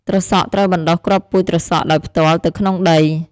ត្រសក់ ត្រូវបណ្ដុះគ្រាប់ពូជត្រសក់ដោយផ្ទាល់ទៅក្នុងដី។